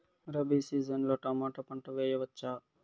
Rabi season లో tomato పంట వేయవచ్చా?